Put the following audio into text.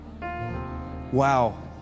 wow